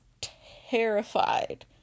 terrified